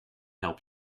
help